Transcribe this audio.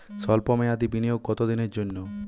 সল্প মেয়াদি বিনিয়োগ কত দিনের জন্য?